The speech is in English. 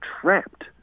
trapped